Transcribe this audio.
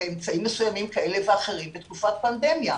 מסוימים כאלה ואחרים בתקופת פנדמיה.